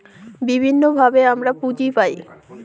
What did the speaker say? বিভিন্নভাবে আমরা পুঁজি পায়